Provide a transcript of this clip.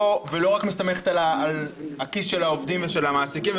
ולא מסתמכת רק על הכיס של העובדים ושל המעסיקים.